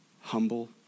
Humble